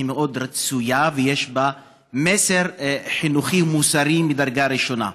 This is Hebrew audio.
היא מאוד רצויה ויש בה מסר חינוכי מוסרי מדרגה ראשונה.